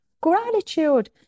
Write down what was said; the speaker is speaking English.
Gratitude